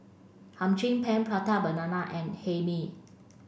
Hum Chim Peng Prata banana and Hae Mee